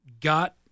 got